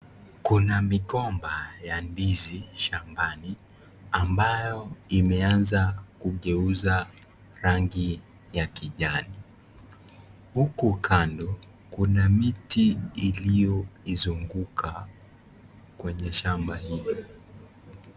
Kuna migomba ya ndizi shambani, ambayo imeanza kugeuza rangi ya kijani. Huku kando kuna miti iliyoizunguka ,kwenye shamba hili.